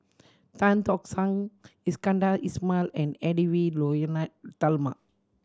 Tan Tock San Iskandar Ismail and Edwy Lyonet Talma